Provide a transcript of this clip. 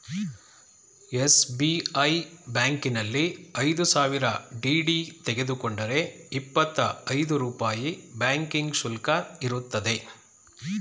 SBI ಬ್ಯಾಂಕಿನಲ್ಲಿ ಐದು ಸಾವಿರ ಡಿ.ಡಿ ತೆಗೆದುಕೊಂಡರೆ ಇಪ್ಪತ್ತಾ ಐದು ರೂಪಾಯಿ ಬ್ಯಾಂಕಿಂಗ್ ಶುಲ್ಕ ಇರುತ್ತದೆ